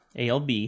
alb